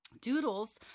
Doodles